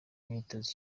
imyitozo